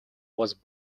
was